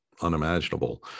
unimaginable